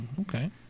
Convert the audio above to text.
okay